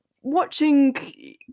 watching